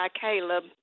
Caleb